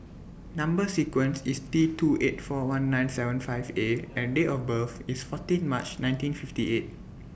Number sequence IS T two eight four one nine seven five A and Date of birth IS fourteen March nineteen fifty eight